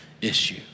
issue